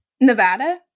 Nevada